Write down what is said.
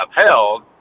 upheld